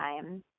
time